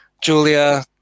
Julia